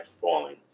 falling